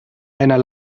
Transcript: einer